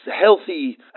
healthy